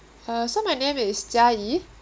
uh so my name is jia yi